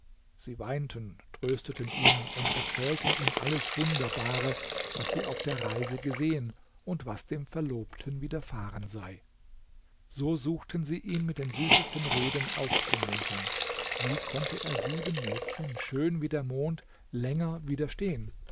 sie weinten trösteten ihn und erzählten ihm alles wunderbare was sie auf der reise gesehen und was dem verlobten widerfahren sei so suchten sie ihn mit den süßesten reden aufzumuntern wie konnte er sieben mädchen schön wie der mond länger widerstehen